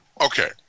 Okay